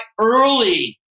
early